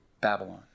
Babylon